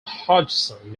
hodgson